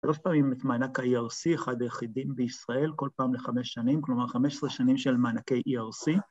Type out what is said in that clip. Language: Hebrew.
‫שלוש פעמים את מענק ה-ERC, ‫אחד היחידים בישראל, ‫כל פעם ל-5 שנים, ‫כלומר, 15 שנים של מענקי ERC.